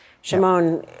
Shimon